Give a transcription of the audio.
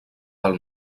del